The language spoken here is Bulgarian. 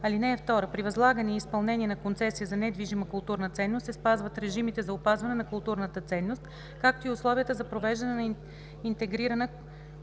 закон. (2) При възлагане и изпълнение на концесия за недвижима културна ценност се спазват режимите за опазване на културната ценност, както и условията за провеждане на интегрирана